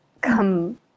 come